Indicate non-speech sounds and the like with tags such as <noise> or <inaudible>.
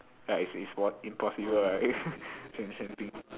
ya it's it's im~ impossible right <laughs> same same thing